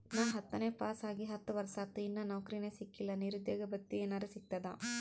ನಾ ಹತ್ತನೇ ಪಾಸ್ ಆಗಿ ಹತ್ತ ವರ್ಸಾತು, ಇನ್ನಾ ನೌಕ್ರಿನೆ ಸಿಕಿಲ್ಲ, ನಿರುದ್ಯೋಗ ಭತ್ತಿ ಎನೆರೆ ಸಿಗ್ತದಾ?